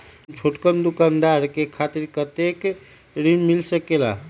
हम छोटकन दुकानदार के खातीर कतेक ऋण मिल सकेला?